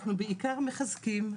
אנחנו בעיקר מחזקים,